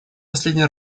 последний